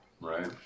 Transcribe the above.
Right